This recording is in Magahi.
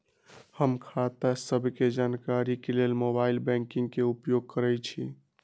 हम खता सभके जानकारी के लेल मोबाइल बैंकिंग के उपयोग करइछी